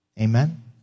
Amen